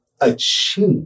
achieve